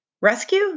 Rescue